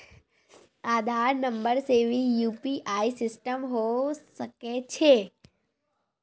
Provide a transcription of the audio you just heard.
आधार नंबर से भी यु.पी.आई सिस्टम होय सकैय छै?